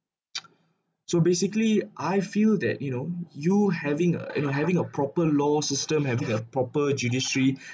so basically I feel that you know you having a you know having a proper law system having a proper judiciary